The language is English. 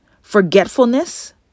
forgetfulness